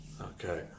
okay